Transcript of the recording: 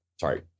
sorry